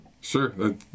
sure